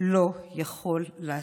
לא יכול לעשות.